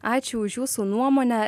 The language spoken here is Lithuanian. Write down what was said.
ačiū už jūsų nuomonę